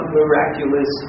miraculous